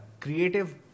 creative